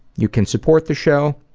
you can support the show.